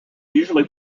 usually